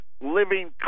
living